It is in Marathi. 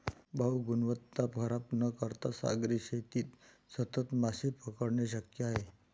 भाऊ, गुणवत्ता खराब न करता सागरी शेतीत सतत मासे पकडणे शक्य आहे